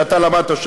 שם למדת,